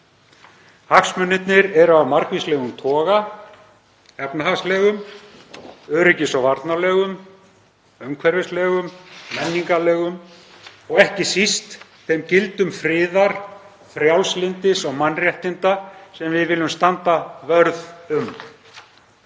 Hagsmunirnir eru af margvíslegum toga; efnahagslegum, öryggis- og varnarlegum, umhverfislegum, menningarlegum og ekki síst þeim gildum friðar, frjálslyndis og mannréttinda sem við viljum standa vörð um.